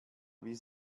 wie